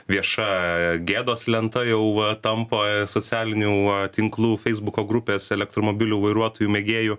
vieša gėdos lenta jau tampa socialinių tinklų feisbuko grupės elektromobilių vairuotojų mėgėjų